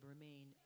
remain